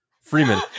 Freeman